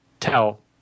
tell